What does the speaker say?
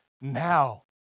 now